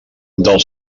del